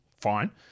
fine